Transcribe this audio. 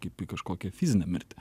kaip į kažkokią fizinę mirtį